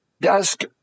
desk